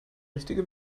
richtige